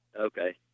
Okay